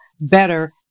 better